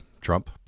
Trump